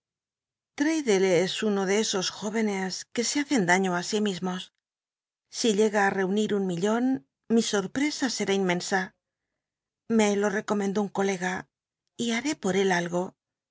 es uno do esos jóvenes que se hacen daiio á sí mismos si llega es será inmensa lile lo reunir un millon mi sorp recomendó un colega y haré por él algo